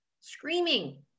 screaming